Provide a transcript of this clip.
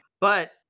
But-